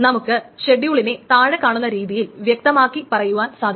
നമുക്ക് ഷെഡ്യൂളിനെ താഴെ കാണുന്ന രീതിയിൽ വ്യക്തമാക്കി പറയുവാൻ സാധിക്കും